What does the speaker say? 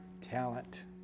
talent